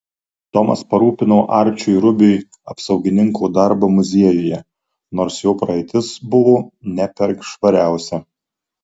tomas parūpino arčiui rubiui apsaugininko darbą muziejuje nors jo praeitis buvo ne per švariausia